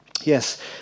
Yes